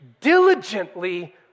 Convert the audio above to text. diligently